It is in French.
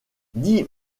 dit